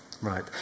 Right